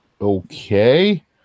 Okay